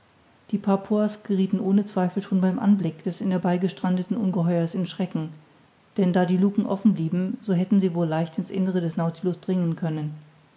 die papuas geriethen ohne zweifel schon beim anblick des in der bai gestrandeten ungeheuers in schrecken denn da die lucken offen blieben so hätten sie wohl leicht in's innere des nautilus dringen können